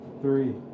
Three